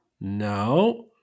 No